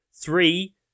three